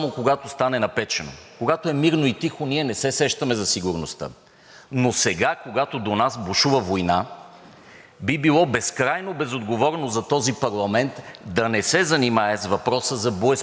би било безкрайно безотговорно за този парламент да не се занимае с въпроса за боеспособността на Българската армия, която е призвана от Конституцията да осигурява тази страна.